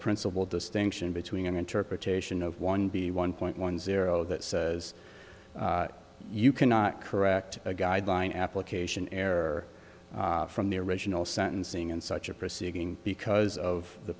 principle distinction between an interpretation of one b one point one zero that says you cannot correct a guideline application error from the original sentencing in such a proceeding because of the